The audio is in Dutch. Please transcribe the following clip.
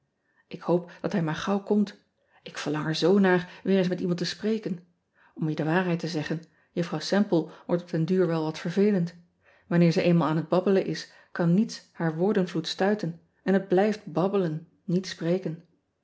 k hoop dat hij maar gauw komt k verlang er zoo naar weer eens met iemand te spreken m je de waarheid te zeggen uffrouw emple wordt op den duur wel wat vervelend anneer ze eenmaal aan het babbelen is kan niets haar woordenvloed stuiten en het blijft babbelen niet spreken